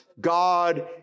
God